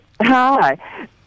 Hi